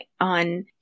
on